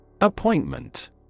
Appointment